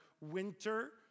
winter